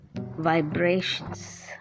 vibrations